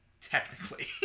technically